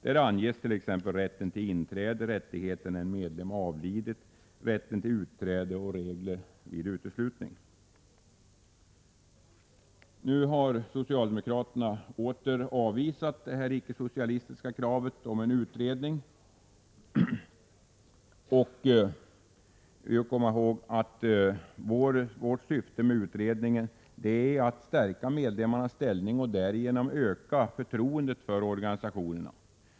Där anges t.ex. rätten till inträde, rättigheter när en medlem avlidit, rätten till utträde och regler vid uteslutning. Socialdemokraterna har nu åter avvisat det icke-socialistiska kravet på en utredning. Vi skall dock komma ihåg att vårt syfte med utredningen är att stärka medlemmarnas ställning och därigenom öka förtroendet för organisationerna.